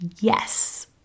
yes